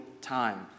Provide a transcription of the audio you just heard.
time